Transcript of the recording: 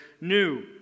new